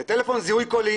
זה טלפון זיהוי קולי